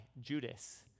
Judas